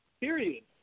period